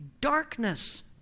darkness